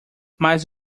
mas